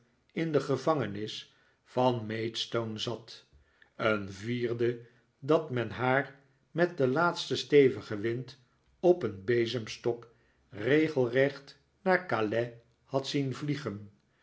in de gevangenis van maidstone zatj een vierde dat men haar met den laatsten stevigen wind op een bezemstok regelrecht naar calais had zien vliegen